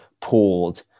pulled